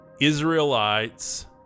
Israelites